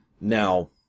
now